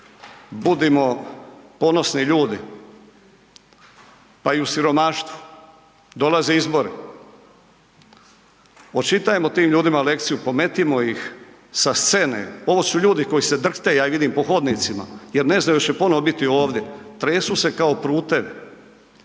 građani ponosni ljudi pa i u siromaštvu, dolaze izbore, očitajmo tim ljudima lekciju, pometimo ih sa scene, ovo su ljude koji se drhte, ja ih vidim hodnicima jer ne znaju jel će ponovo biti ovdje, tresu se kao prutevi